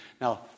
Now